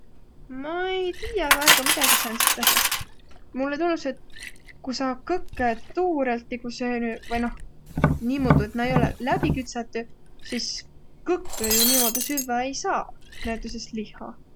Ma ei tiiäq väega midägi sääntsest as'ast. Mullõ tunnus, et ku sa kõkkõ tuurõlt söönüq, vai noh, niimuudu, et na ei olõq läbi küdsedüq, sis kõkkõ jo niimuudu süvväq ei saaq, näütüses lihha.